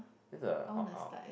that's a uh uh